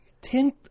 Ten